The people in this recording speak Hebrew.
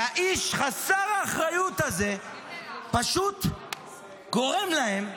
האיש חסר האחריות הזה פשוט גורם להם לדמורליזציה.